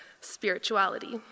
spirituality